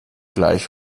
gleich